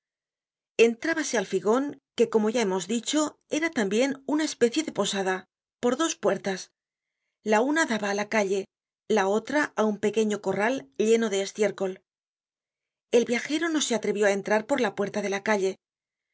entrábase al figon que como ya hemos dicho era tambien una especie de posada por dos puertas la una daba á la calle la otra á un pequeño corral lleno de estiercol el viajero no se atrevió á entrar por la puerta de la calle